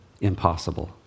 impossible